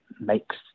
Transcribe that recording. makes